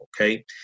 Okay